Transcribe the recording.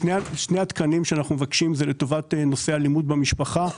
שני התקנים שאנחנו מבקשים הם לטובת נושא הטיפול באלימות במשפחה.